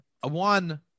One